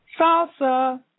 Salsa